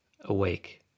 awake